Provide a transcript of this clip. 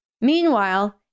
Meanwhile